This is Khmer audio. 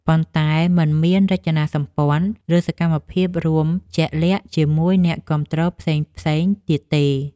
ប៉ុន្តែមិនមានរចនាសម្ព័ន្ធ ឬសកម្មភាពរួមជាក់លាក់ជាមួយអ្នកគាំទ្រផ្សេងៗទៀតទេ។